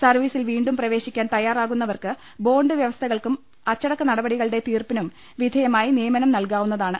സർവ്വീസിൽ വീണ്ടും പ്രവേശിക്കാൻ തയ്യാറാകു ന്നവർക്ക് ബോണ്ട് വ്യവസ്ഥകൾക്കും അച്ചടക്ക നടപടി കളുടെ തീർപ്പിനും വിധേയമായി നിയമനം നൽകാവു ന്നതാണ്